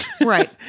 Right